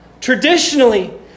Traditionally